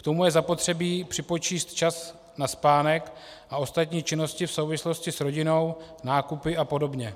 K tomu je zapotřebí připočíst čas na spánek a ostatní činnosti v souvislosti s rodinou, nákupy apod.